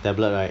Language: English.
tablet right